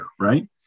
right